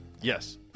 Yes